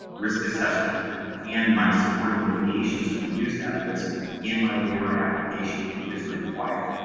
risk assessment and my supporting mitigations to reduce that risk in my waiver application. it is required.